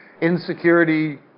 Insecurity